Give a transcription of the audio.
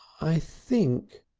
i think,